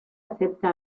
acepta